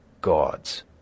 gods